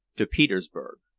to petersburg.